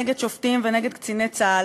נגד שופטים ונגד קציני צה"ל,